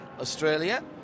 Australia